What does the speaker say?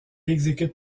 exécute